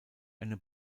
eine